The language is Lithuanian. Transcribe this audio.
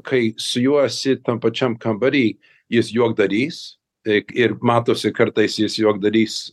kai su juo esi tam pačiam kambary jis juokdarys tik ir matosi kartais jis juokdarys